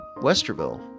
Westerville